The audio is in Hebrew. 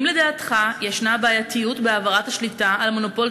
האם לדעתך יש בעייתיות בהעברת השליטה על מונופול